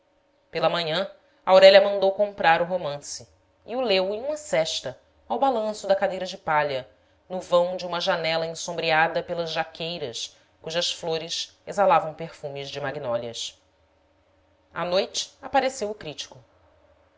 pela manhã aurélia mandou comprar o romance e o leu em uma sesta ao balanço da cadeira de palha no vão de uma janela ensombrada pelas jaqueiras cujas flores exalavam perfumes de magnólias à noite apareceu o crítico